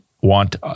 want